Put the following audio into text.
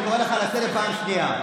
אני קורא אותך לסדר בפעם השנייה.